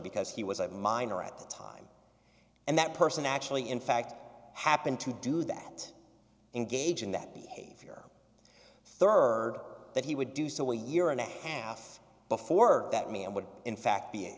because he was a minor at the time and that person actually in fact happened to do that in gauging that behavior rd that he would do so way year and a half before that me and would in fact be